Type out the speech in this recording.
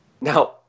Now